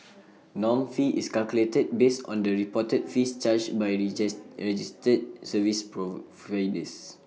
norm fee is calculated based on the reported fees charged by registered service providers